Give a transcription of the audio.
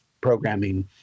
programming